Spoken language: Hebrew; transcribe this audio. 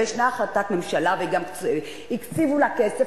ויש החלטת ממשלה וגם הקציבו לה כסף,